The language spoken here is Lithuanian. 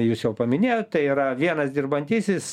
jūs jau paminėjot tai yra vienas dirbantysis